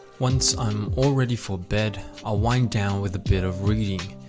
once i'm all ready for bed, i'll wind down with a bit of reading.